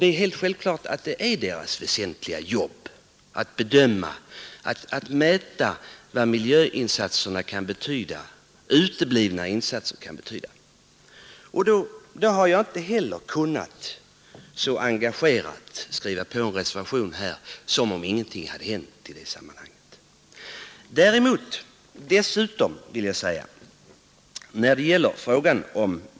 Det är helt självklart att dess viktiga arbete är att mäta vad uteblivna miljöinsatser kan betyda. Därför har jag inte kunnat skriva på reservationen som antyder att ingenting skulle ha hänt i detta sammanhang.